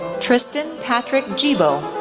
tristan patrick gibbo,